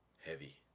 heavy